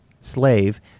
slave